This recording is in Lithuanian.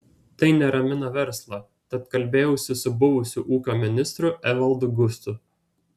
tai neramina verslą tad kalbėjausi su buvusiu ūkio ministru evaldu gustu